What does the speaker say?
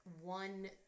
one